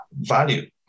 value